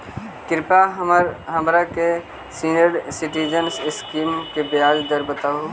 कृपा हमरा के सीनियर सिटीजन स्कीम के ब्याज दर बतावहुं